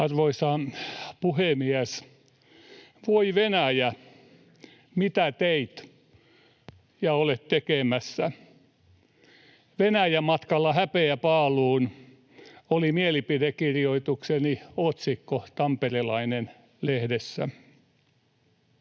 Arvoisa puhemies! Voi Venäjä, mitä teit ja olet tekemässä? ”Venäjä matkalla häpeäpaaluun” oli mielipidekirjoitukseni otsikko Tamperelainen-lehdessä.